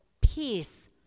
peace